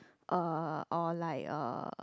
uh or like uh